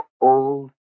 old